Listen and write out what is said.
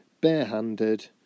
Barehanded